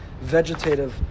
vegetative